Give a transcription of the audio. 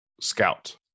scout